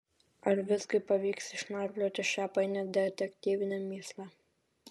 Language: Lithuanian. ar visgi pavyks išnarplioti šią painią detektyvinę mįslę